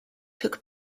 took